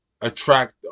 attract